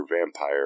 vampire